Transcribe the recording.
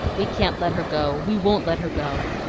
we can't let her go! we won't let her go!